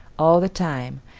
all the time,